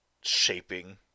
shaping